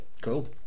Cool